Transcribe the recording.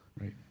Right